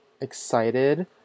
excited